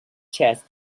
chests